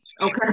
okay